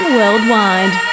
Worldwide